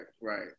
right